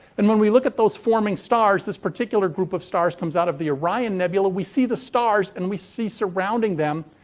and, when we look at those forming stars, this particular group of stars comes out of the orion nebula, we see the stars and we see, surrounding them,